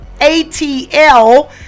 ATL